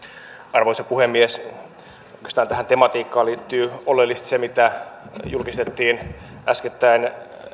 arvoisa puhemies oikeastaan tähän tematiikkaan liittyy oleellisesti se mitä julkistettiin äskettäin